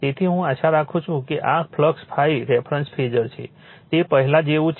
તેથી હું આશા રાખું છું કે અને આ ફ્લક્સ ∅ રેફરન્સ ફેઝર છે તે પહેલાં જેવું જ છે